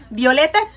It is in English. violeta